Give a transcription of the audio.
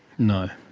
no,